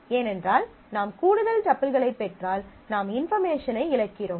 ஏனென்றால் நாம் கூடுதல் டப்பிள்களைப் பெற்றால் நாம் இன்பார்மேஷனை இழக்கிறோம்